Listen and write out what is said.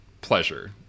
pleasure